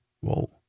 Whoa